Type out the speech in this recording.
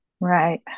Right